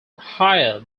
higher